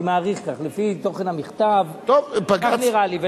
אני מעריך כך, לפי תוכן המכתב, כך נראה לי.